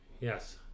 Yes